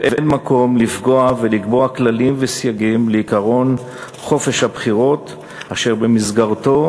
אין מקום לפגוע ולקבוע כללים וסייגים לעקרון חופש הבחירות אשר במסגרתו